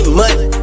money